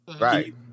right